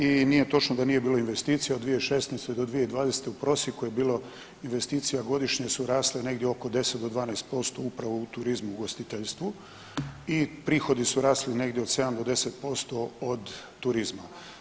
I nije točno da nije bilo investicija od 2016. do 2020. u prosjeku je bilo investicija godišnje su rasle negdje od 10 do 12% upravo u turizmu, u ugostiteljstvu i prihodi su rasli negdje od 7 do 10% od turizma.